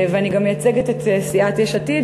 ואני גם מייצגת את סיעת יש עתיד,